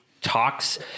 talks